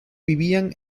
vivían